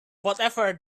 whatever